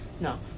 no